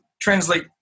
translate